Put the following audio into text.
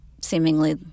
seemingly